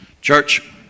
Church